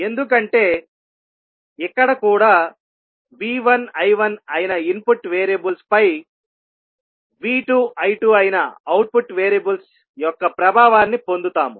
ఎందుకంటే ఇక్కడ కూడా V1 I1 అయిన ఇన్పుట్ వేరియబుల్స్ పై V2 I2 అయిన అవుట్పుట్ వేరియబుల్స్ యొక్క ప్రభావాన్ని పొందుతాము